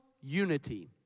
unity